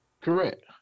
Correct